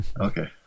Okay